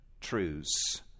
truths